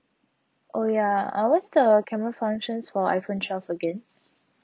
oh ya uh what's the camera functions for iphone twelve again